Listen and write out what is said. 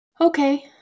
Okay